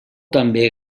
també